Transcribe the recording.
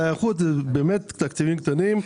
להיערכות זה באמת תקציבים קטנים.